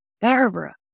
Barbara